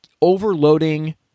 overloading